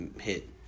hit